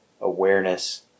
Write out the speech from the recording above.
awareness